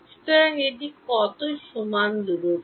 সুতরাং এটি কত সমান দূরত্ব